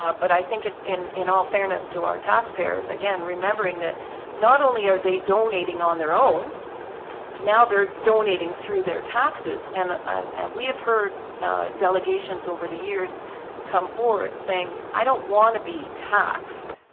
ah but i think it's in in all fairness to our taxpayers again remembering that not only are they donating on their own now they're donating through their taxes and and we have heard delegations over the years come forward saying i don't want to be taxed